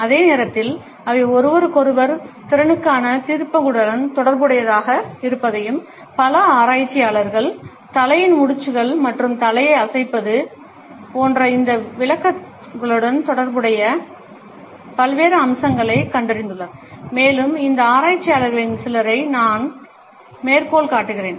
அதே நேரத்தில் அவை ஒருவருக்கொருவர் திறனுக்கான தீர்ப்புகளுடன் தொடர்புடையவையாக இருப்பதையும் பல ஆராய்ச்சியாளர்கள் தலையின் முடிச்சுகள் மற்றும் தலையை அசைப்பது போன்ற இந்த விளக்கங்களுடன் தொடர்புடைய பல்வேறு அம்சங்களைக் கண்டறிந்துள்ளனர் மேலும் இந்த ஆராய்ச்சியாளர்களில் சிலரை நான் மேற்கோள் காட்டுகிறேன்